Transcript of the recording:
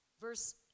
Verse